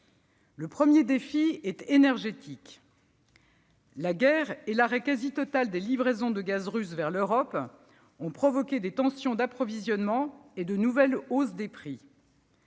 Le premier défi est énergétique. La guerre et l'arrêt quasi total des livraisons de gaz russe vers l'Europe ont provoqué des tensions d'approvisionnement et de nouvelles hausses de prix.